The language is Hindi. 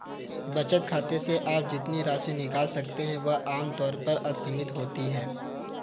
बचत खाते से आप जितनी राशि निकाल सकते हैं वह आम तौर पर असीमित होती है